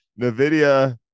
nvidia